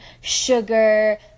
sugar